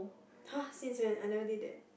!hah! since when I never did that